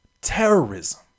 terrorism